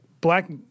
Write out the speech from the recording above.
Black